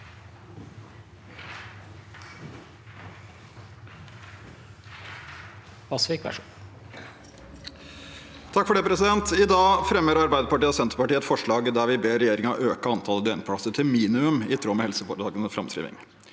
I dag fremmer Arbei- derpartiet og Senterpartiet et forslag der vi ber regjeringen øke antallet døgnplasser minimum i tråd med helseforetakenes framskrivninger.